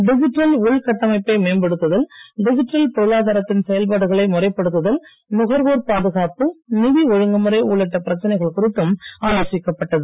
digital உள் கட்டமைப்பை மேம்படுத்துதல் டிஜிட்டல் பொருளாதாரத்தின் செயல்பாடுகளை முறைப்படுத்துதல் நுகர்வோர் பாதுகாப்பு நிதி ஒழுங்குமுறை உள்ளிட்ட பிரச்சனைகள் குறித்தும் ஆலோசிக்கப்பட்டது